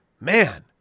man